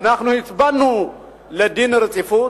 ואנחנו הצבענו בעד רציפות,